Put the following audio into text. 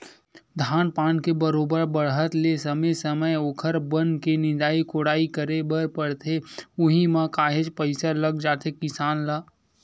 धान पान के बरोबर बाड़हत ले समे समे ओखर बन के निंदई कोड़ई करे बर परथे उहीं म काहेच पइसा लग जाथे किसान ल